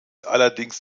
allerdings